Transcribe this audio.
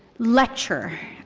lecture.